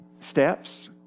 steps